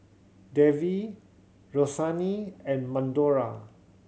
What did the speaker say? Davie Roseanne and Madora